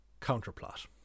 Counterplot